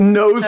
no